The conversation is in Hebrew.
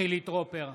חילי טרופר,